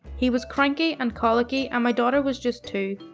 he was cranky and colicky, and my daughter was just two.